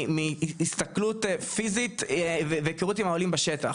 מהסתכלות פיזית והיכרות עם העולים בשטח,